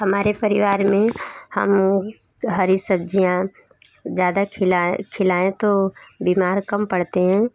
हमारे परिवार में हम हरी सब्ज़ियाँ ज़्यादा खिलाएं खिलाएं तो बीमार कम पड़ते हैं